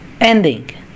ending